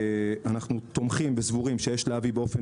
אנחנו תומכים וסבורים כי יש להביא באופן